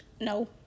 No